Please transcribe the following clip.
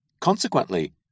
Consequently